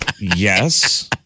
Yes